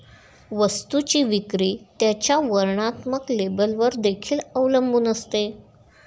वस्तूची विक्री त्याच्या वर्णात्मक लेबलवर देखील अवलंबून असते